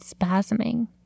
spasming